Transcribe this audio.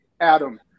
Adam